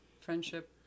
friendship